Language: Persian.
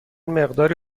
مقداری